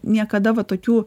niekada va tokių